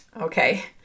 Okay